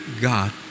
God